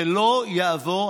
זה לא יעבור.